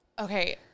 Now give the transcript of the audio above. okay